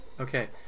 Okay